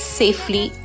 safely